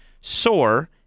SOAR